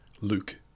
Luke